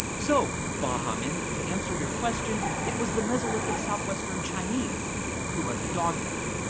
so, baha men, to answer your question, it was the mesolithic southwestern chinese who let the dogs out.